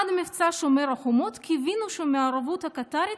"עד מבצע שומר החומות קיווינו שהמעורבות הקטארית